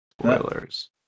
spoilers